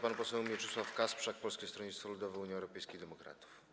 Pan poseł Mieczysław Kasprzak, Polskie Stronnictwo Ludowe - Unia Europejskich Demokratów.